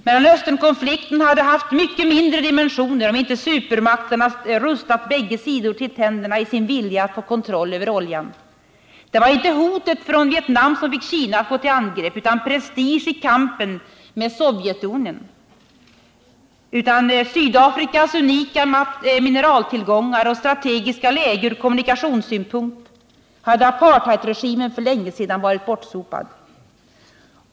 Mellanösternkonflikten hade haft mycket mindre dimensioner, om inte supermakterna rustat bägge sidor till tänderna i sin vilja att få kontroll över oljan. Det var inte hotet från Vietnam som fick Kina att gå till angrepp utan prestigekampen med Sovjetunionen. Utan Sydafrikas unika mineraltillgångar och strategiska läge ur kommunikationssynpunkt hade apartheidregimen för länge sedan varit bortsopad.